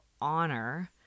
honor